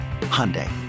Hyundai